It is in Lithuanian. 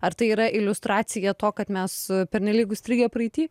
ar tai yra iliustracija to kad mes pernelyg užstrigę praeity